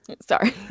Sorry